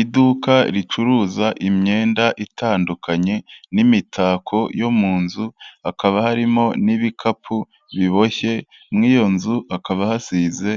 Iduka ricuruza imyenda itandukanye n'imitako yo mu nzu, hakaba harimo n'ibikapu biboshye. Muri iyo nzu hakaba hasize